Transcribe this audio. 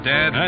Dad